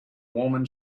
woman